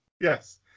yes